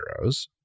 Heroes